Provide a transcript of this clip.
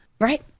Right